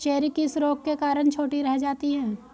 Cherry किस रोग के कारण छोटी रह जाती है?